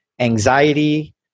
anxiety